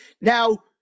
now